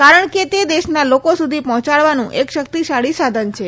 કારણ કે તે દેશના લોકો સુધી પહોંચવાનું એક શક્તિશાળી સાધન છે